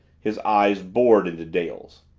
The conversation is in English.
his eyes bored into dale's.